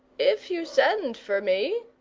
if you send for me,